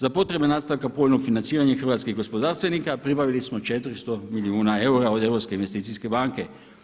Za potrebe nastanka povoljno financiranje hrvatskih gospodarstvenika pribavili smo 400 milijuna eura od Europske investicijske banke.